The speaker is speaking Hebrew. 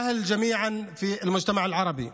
(אומר דברים בשפה הערבית,